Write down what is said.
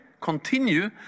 continue